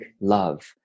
love